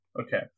Okay